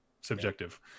subjective